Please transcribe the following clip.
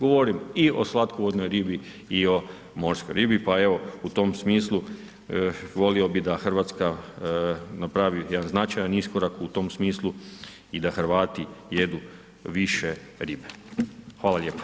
Govorim i o slatkovodnoj ribi i o morskoj ribi pa evo, u tom smislu volio bi da Hrvatska napravi jedan značajan iskorak u tom smislu i da Hrvati jedu više ribe, hvala lijepa.